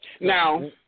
Now